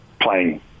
playing